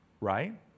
right